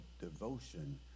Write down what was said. devotion